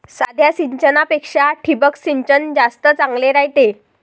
साध्या सिंचनापेक्षा ठिबक सिंचन जास्त चांगले रायते